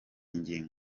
ngingo